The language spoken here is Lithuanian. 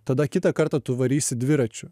tada kitą kartą tu varysi dviračiu